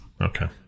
Okay